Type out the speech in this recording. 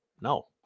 No